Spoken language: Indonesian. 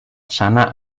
sana